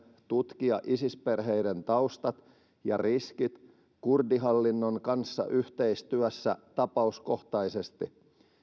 tutkia isis perheiden taustat ja riskit kurdihallinnon kanssa yhteistyössä tapauskohtaisesti